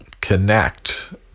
connect